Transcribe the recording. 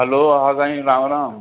हलो हा साईं राम राम